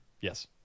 Yes